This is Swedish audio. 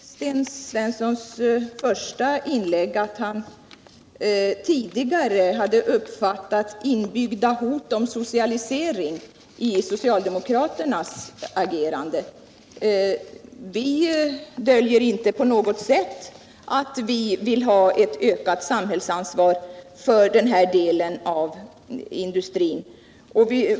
Herr talman! Jag hörde i Sten Svenssons första inlägg att han tidigare hade uppfattat inbyggda hot om socialisering i socialdemokraternas agerande. Vi döljer inte på något sätt att vi vill ha ett ökat samhällsansvar för den här delen av industrin.